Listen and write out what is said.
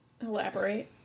Elaborate